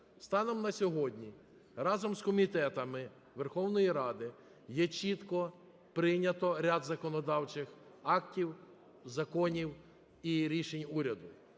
Станом на сьогодні разом з комітетами Верховної Ради є чітко прийнято ряд законодавчих актів, законів і рішень уряду,